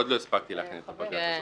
עוד לא הספקתי להכין את הבג"ץ,